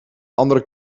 andere